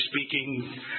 speaking